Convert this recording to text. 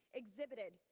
exhibited